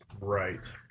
right